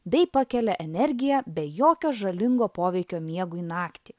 bei pakelia energiją be jokio žalingo poveikio miegui naktį